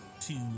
Two